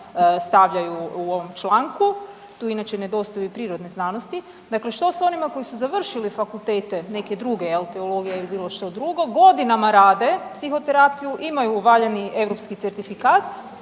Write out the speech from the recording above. stavljaju u ovom članku, tu inače nedostaju i prirodne znanosti, dakle što s onima koji su završili fakultete neke druge, teologija ili bilo što drugo, godinama rade psihoterapiju, imaju valjani europski certifikat